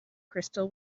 crystal